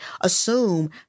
assume